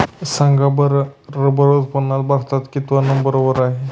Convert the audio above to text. सांगा बरं रबर उत्पादनात भारत कितव्या नंबर वर आहे?